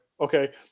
Okay